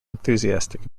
enthusiastic